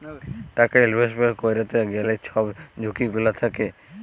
টাকা ইলভেস্টমেল্ট ক্যইরতে গ্যালে ছব ঝুঁকি গুলা থ্যাকে